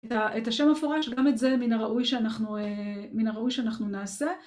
את ה... את השם המפורש, גם את זה מן הראוי שאנחנו... מן הראוי שאנחנו נעשה.